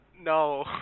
No